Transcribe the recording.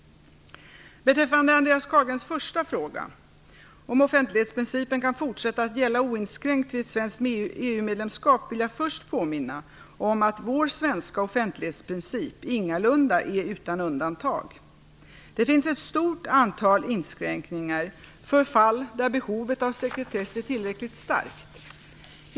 Beträffande Andreas Carlgrens första fråga, om offentlighetsprincipen kan fortsätta att gälla oinskränkt vid ett svenskt EU-medlemskap, vill jag först påminna om att vår svenska offentlighetsprincip ingalunda är utan undantag. Det finns ett stort antal inskränkningar för fall där behovet av sekretess är tillräckligt starkt.